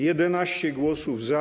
11 głosów za.